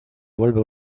vuelve